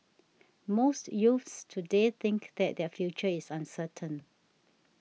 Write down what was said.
most youths today think that their future is uncertain